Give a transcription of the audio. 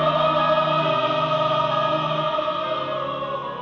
oh